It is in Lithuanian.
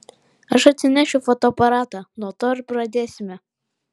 aš atsinešiu fotoaparatą nuo to ir pradėsime